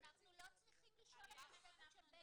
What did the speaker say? אנחנו לא צריכים לשאול את הצוות של 'בית זיו'.